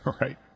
Right